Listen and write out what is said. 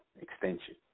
extension